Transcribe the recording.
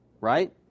right